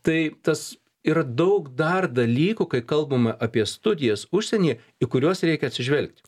tai tas yra daug dar dalykų kai kalbama apie studijas užsienyje į kuriuos reikia atsižvelgt